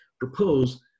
propose